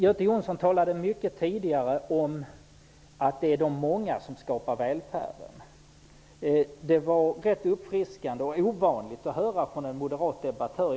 Göte Jonsson talade tidigare mycket om att det är de många som skapar välfärden. Det var rätt uppfriskande och ovanligt att höra det från en moderat debattör.